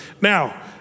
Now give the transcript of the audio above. Now